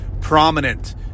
prominent